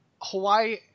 Hawaii